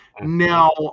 Now